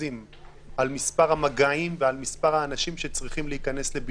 אם נפתח יותר ויותר,